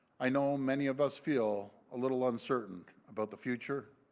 i know many of us feel a little uncertain about the future.